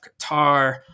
Qatar